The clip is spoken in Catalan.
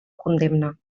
condemna